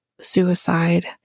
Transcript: suicide